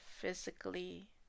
physically